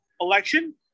election